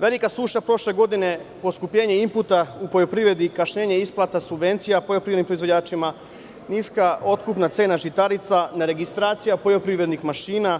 Velika suša prošle godine, poskupljenje imputa u poljoprivredi, kašnjenje isplata subvencija poljoprivrednim proizvođačima, niska otkupna cena žitarica, neregistracija poljoprivrednih mašina,